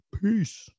peace